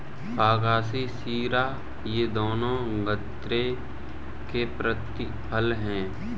बगासी शीरा ये दोनों गन्ने के प्रतिफल हैं